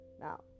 Now